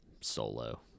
Solo